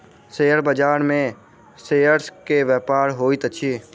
share बाजार में shares के व्यापार होइत अछि